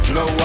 no